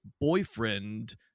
boyfriend